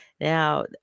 Now